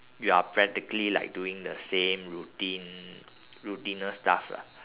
you're practically like doing the same routine routinous stuff lah